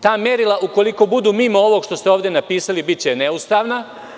Ta merila ukoliko budu mimo ovoga što ste ovde napisali biće neustavna.